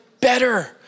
better